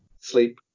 sleep